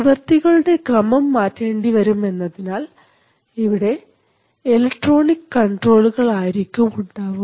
പ്രവർത്തികളുടെ ക്രമം മാറ്റേണ്ടിവരും എന്നതിനാൽ ഇവിടെ ഇലക്ട്രോണിക് കൺട്രോളുകൾ ആയിരിക്കും ഉണ്ടാവുക